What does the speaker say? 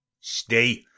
Stay